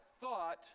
thought